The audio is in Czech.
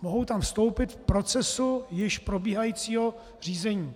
Mohou tam vstoupit v procesu již probíhajícího řízení.